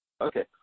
Okay